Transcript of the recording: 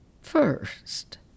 First